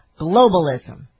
globalism